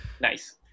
Nice